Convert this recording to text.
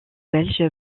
belge